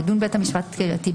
ידון בית משפט קהילתי,